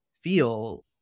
feel